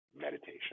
meditation